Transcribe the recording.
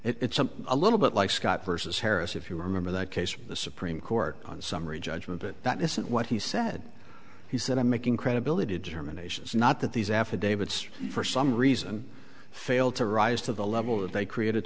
it's a little bit like scott versus harris if you remember that case of the supreme court on summary judgment but that isn't what he said he said i'm making credibility determinations not that these affidavits for some reason fail to rise to the level that they create